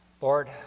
Lord